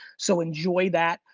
so enjoy that.